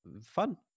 fun